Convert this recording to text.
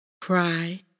cry